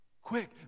Quick